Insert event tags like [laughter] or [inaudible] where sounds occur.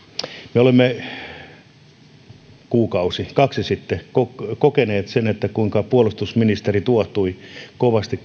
me olemme kuukausi kaksi sitten kokeneet sen kuinka puolustusministeri tuohtui kovasti [unintelligible]